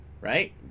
Right